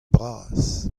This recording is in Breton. bras